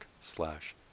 slash